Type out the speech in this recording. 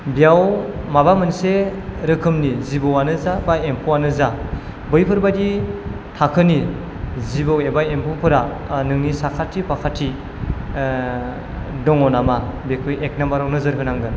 बियाव माबा मोनसे रोखोमनि जिबौआनो जा बा एम्फौ आनो जा बैफोरबायदि थाखोनि जिबौ एबा एम्फौफोरा नोंनि साखाथि फाखाथि दङ' नामा बेखौ एक नाम्बाराव नोजोर होनांगोन